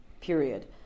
period